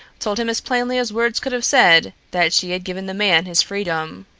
told him as plainly as words could have said that she had given the man his freedom.